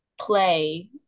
play